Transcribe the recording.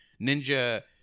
Ninja